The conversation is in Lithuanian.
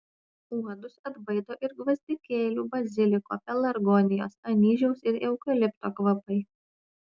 uodus atbaido ir gvazdikėlių baziliko pelargonijos anyžiaus ir eukalipto kvapai